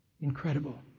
incredible